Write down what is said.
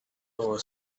over